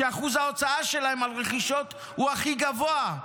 שאחוז ההוצאה שלהם על רכישות הוא הכי גבוה.